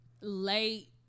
late